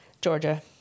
Georgia